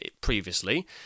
previously